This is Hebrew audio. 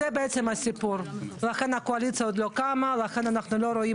לא הסיקו את המסקנות ולא הפיקו את